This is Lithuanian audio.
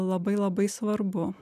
labai labai svarbu